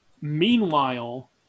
Meanwhile